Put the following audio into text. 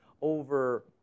over